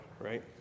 Right